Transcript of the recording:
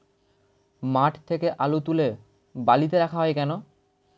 মাঠ থেকে আলু তুলে বালিতে রাখা হয় কেন?